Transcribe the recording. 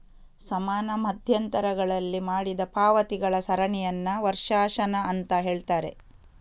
ಸಮಾನ ಮಧ್ಯಂತರಗಳಲ್ಲಿ ಮಾಡಿದ ಪಾವತಿಗಳ ಸರಣಿಯನ್ನ ವರ್ಷಾಶನ ಅಂತ ಹೇಳ್ತಾರೆ